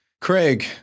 Craig